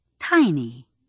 Tiny